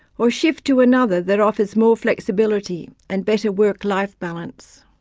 or shift to another that offers more flexibility and better work-life balance.